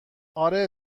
آره